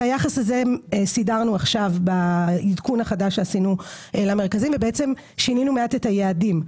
את היחס הזה סידרנו בעדכון החדש שעשינו למרכזים ושינינו מעט את היעדים.